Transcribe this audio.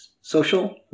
social